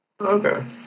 Okay